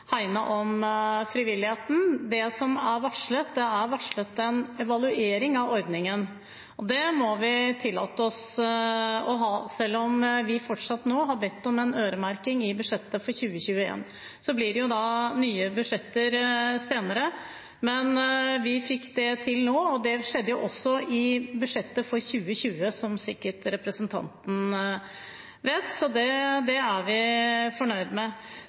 hegne om frivilligheten. Det som er varslet, er en evaluering av ordningen, og det må vi tillate oss å ha, selv om vi fortsatt har bedt om en øremerking i budsjettet for 2021. Så blir det nye budsjetter senere. Men vi fikk det til nå, og det skjedde også i budsjettet for 2020, som sikkert representanten vet, så det er vi fornøyd med.